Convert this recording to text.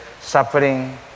suffering